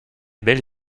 belle